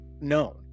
known